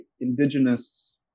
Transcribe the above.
indigenous